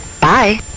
Bye